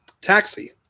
Taxi